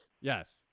Yes